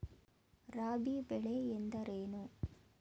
ರಾಬಿ ಬೆಳೆ ಎಂದರೇನು?